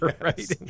right